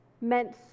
meant